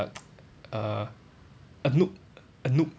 err anook anook